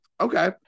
okay